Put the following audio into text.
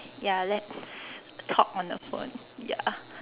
ya let's talk on the phone ya